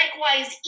likewise